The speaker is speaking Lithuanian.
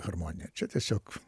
harmonija čia tiesiog